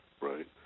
Right